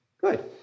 Good